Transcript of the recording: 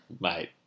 mate